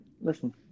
listen